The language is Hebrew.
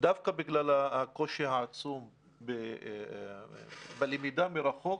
דווקא הקושי העצום בלמידה מרחוק,